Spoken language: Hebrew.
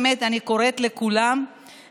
רשות שלא יכלה לבצע או שקיבלה מימון ממשרד